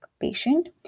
patient